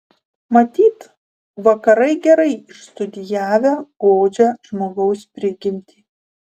matyt vakarai gerai išstudijavę godžią žmogaus prigimtį